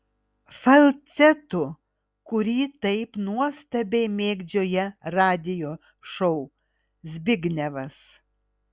falcetu kurį taip nuostabiai mėgdžioja radijo šou zbignevas